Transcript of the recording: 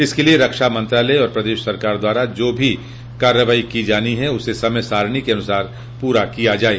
इसके लिये रक्षा मंत्रालय और प्रदेश सरकार द्वारा जो भी कार्रवाई की जानी है उसे समय सारिणी के अनुसार प्ररा किया जाये